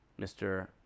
Mr